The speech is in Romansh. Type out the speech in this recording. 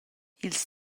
ils